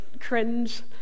cringe